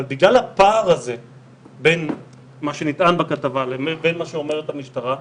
בגלל הפער בין מה שנטען בכתבה לבין מה שאומרת המשטרה,